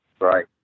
Right